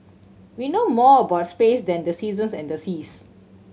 we know more about space than the seasons and the seas